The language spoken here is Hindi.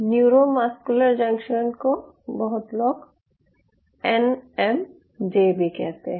न्यूरो मस्कुलर जंक्शन को बहुत लोग एनएमजे भी कहते हैं